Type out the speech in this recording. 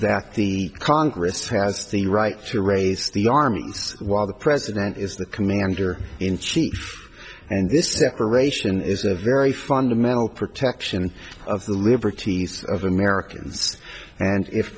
that the congress has the right to raise the army while the president is the commander in chief and this separation is a very fundamental protection of the liberties of americans and if